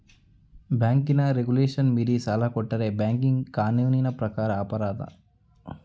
ಬ್ಯಾಂಕಿನ ರೆಗುಲೇಶನ್ ಮೀರಿ ಸಾಲ ಕೊಟ್ಟರೆ ಬ್ಯಾಂಕಿಂಗ್ ಕಾನೂನಿನ ಪ್ರಕಾರ ಅಪರಾಧ